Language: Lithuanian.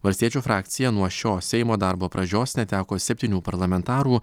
valstiečių frakcija nuo šio seimo darbo pradžios neteko septynių parlamentarų